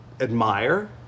Admire